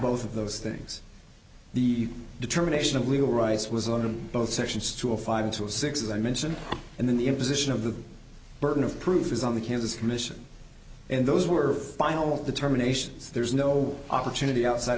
both of those things the determination of legal rights was on them both sections to a five to a six that i mentioned and then the imposition of the burden of proof is on the kansas commission and those worth final determinations there's no opportunity outside